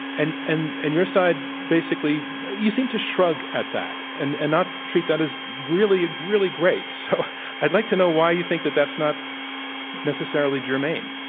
and and and your side basically you seem toshrug at that and and not treat that as really, really great. so i'd like to know why you think that that's not necessarily germane.